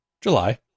July